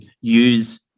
use